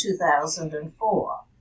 2004